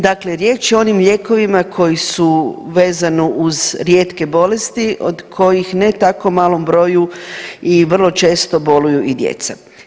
Dakle riječ je o onim lijekovima koji su vezano uz rijetke bolesti od kojih ne tako malom broju i vrlo često boluju i djeca.